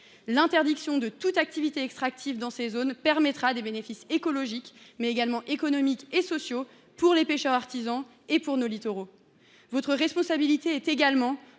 L’interdiction de toute activité extractive dans ces zones permettra des bénéfices écologiques, mais également économiques et sociaux pour les pêcheurs artisans et pour nos littoraux. Votre responsabilité est également